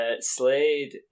Slade